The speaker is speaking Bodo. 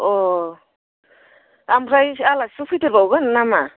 अ ओमफ्राय आलासिबो फैदेरबावगोन नामा